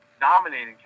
dominating